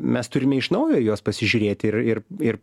mes turime iš naujo į juos pasižiūrėti ir ir ir